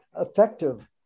effective